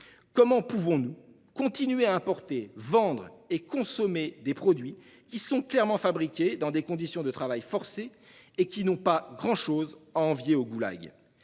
comment pouvons-nous continuer à importer, vendre et consommer des produits qui sont fabriqués dans des conditions de travail forcé n'ayant pas grand-chose à envier au goulag ?